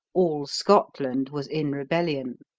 all scotland was in rebellion.